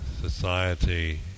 society